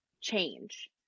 change